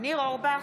ניר אורבך,